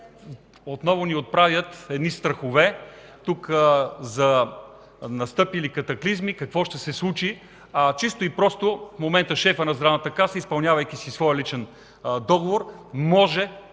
отново ни отправят страхове за настъпили катаклизми, какво ще се случи, а чисто и просто в момента шефът на Здравната каса, изпълнявайки своя личен договор, може